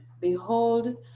behold